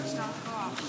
ניתן לחיבוקים,